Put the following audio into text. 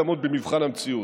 וזה גם לא יעמוד במבחן המציאות.